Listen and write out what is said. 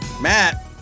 Matt